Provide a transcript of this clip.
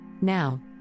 Now